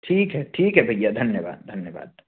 ठीक है ठीक है भैया धन्यवाद धन्यवाद